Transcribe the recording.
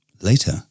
Later